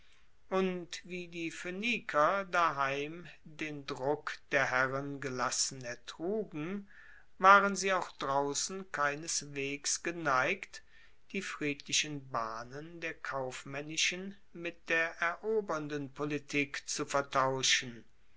und wie die phoeniker daheim den druck der herren gelassen ertrugen waren sie auch draussen keineswegs geneigt die friedlichen bahnen der kaufmaennischen mit der erobernden politik zu vertauschen